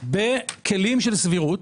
בכלים של סבירות,